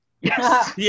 Yes